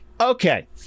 okay